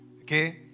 Okay